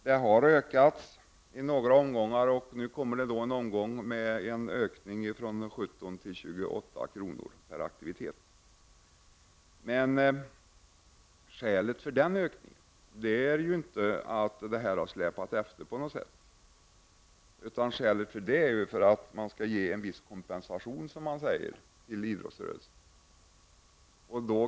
Det har höjts i några omgångar, och det blir nu en ökning från 17 till 28 kr. per aktivitet. Men skälet för denna ökning är ju inte att detta stöd på något sätt har släpat efter, utan skälet är att man skall ge en viss kompensation, som man säger, till idrottsrörelsen.